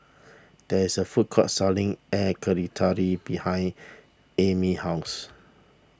there is a food court selling Air behind Amey's house